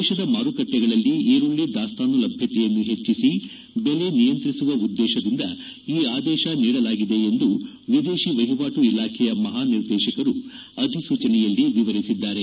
ದೇಶದ ಮಾರುಕಟ್ಲೆಗಳಲ್ಲಿ ಈರುಳ್ಳ ದಾಸ್ತಾನು ಲಭ್ಯತೆಯನ್ನು ಹೆಚ್ಚಿಸಿ ದೆಲೆ ನಿಯಂತ್ರಿಸುವ ಉದ್ದೇಶದಿಂದ ಈ ಆದೇಶ ನೀಡಲಾಗಿದೆ ಎಂದು ವಿದೇಶಿ ವಹಿವಾಟು ಇಲಾಖೆಯ ಮಹಾ ನಿರ್ದೇಶಕರು ಅಧಿಸೂಚನೆಯಲ್ಲಿ ವಿವರಿಸಿದ್ದಾರೆ